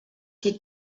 die